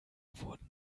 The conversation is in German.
wurden